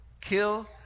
kill